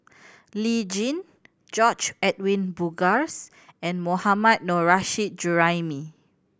Lee Tjin George Edwin Bogaars and Mohammad Nurrasyid Juraimi